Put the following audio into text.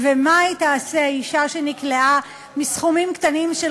--- ומה תעשה אישה שנקלעה לכך מסכומים קטנים של